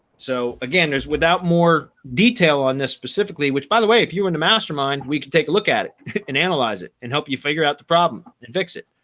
so again, there's without more detail on this specifically, which by the way, if you are in the mastermind, we can take a look at it and analyze it and help you figure out the problem and fix it.